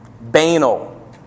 banal